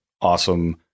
awesome